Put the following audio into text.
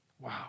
Wow